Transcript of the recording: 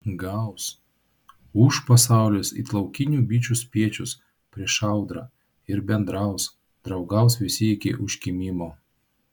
gaus ūš pasaulis it laukinių bičių spiečius prieš audrą ir bendraus draugaus visi iki užkimimo